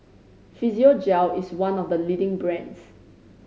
Physiogel is one of the leading brands